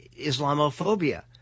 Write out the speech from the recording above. Islamophobia